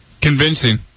Convincing